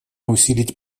усилить